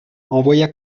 envoya